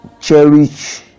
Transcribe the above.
cherish